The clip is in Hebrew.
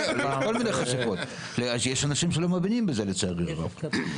כי יש אנשים שלא מבינים בזה לצערי הרב.